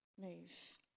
move